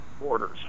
borders